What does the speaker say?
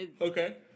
Okay